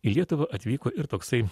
į lietuvą atvyko ir toksai